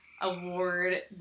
Award